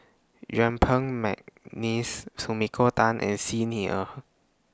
Yuen Peng Mcneice Sumiko Tan and Xi Ni Er